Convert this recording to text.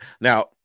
Now